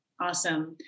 Awesome